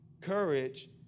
Courage